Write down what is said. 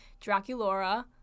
Draculaura